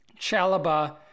Chalaba